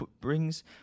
brings